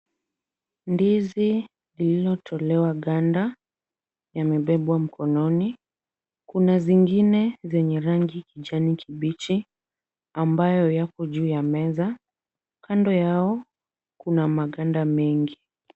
Ndizi lililotolewa ganda yamebebwa mkononi. Kuna zingine zenye rangi kijani kibichi ambayo yako juu ya meza. Kando yao kuna maganda mengi.